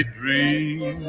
dream